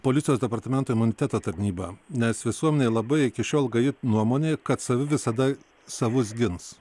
policijos departamento imuniteto tarnyba nes visuomenėj labai iki šiol gaji nuomonė kad savi visada savus gins